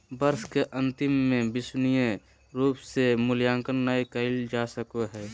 वर्ष के अन्तिम में विश्वसनीय रूप से मूल्यांकन नैय कइल जा सको हइ